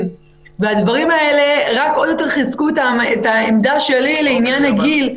והדברים האלה רק עוד יותר חיזקו את העמדה שלי לעניין הגיל,